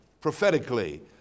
prophetically